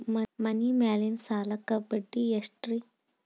ಮನಿ ಮೇಲಿನ ಸಾಲಕ್ಕ ಬಡ್ಡಿ ಎಷ್ಟ್ರಿ?